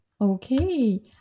okay